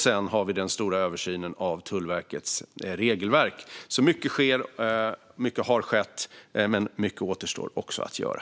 Det görs också en stor översyn av Tullverkets regelverk. Som sagt: Mycket har skett, mycket sker och mycket återstår att göra.